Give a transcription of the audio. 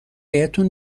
بهتون